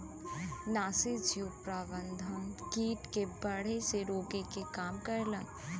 नाशीजीव प्रबंधन कीट के बढ़े से रोके के काम करला